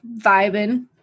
vibing